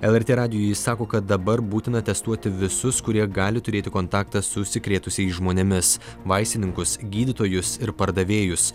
lrt radijui ji sako kad dabar būtina testuoti visus kurie gali turėti kontaktą su užsikrėtusiais žmonėmis vaistininkus gydytojus ir pardavėjus